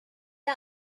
the